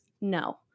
No